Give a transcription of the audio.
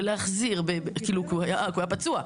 בלהחזיר כי הוא היה פצוע.